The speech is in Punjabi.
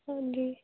ਹਾਂਜੀ